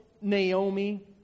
Naomi